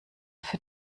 für